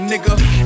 Nigga